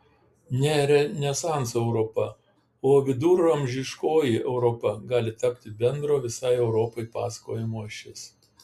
ne renesanso europa o viduramžiškoji europa gali tapti bendro visai europai pasakojimo ašis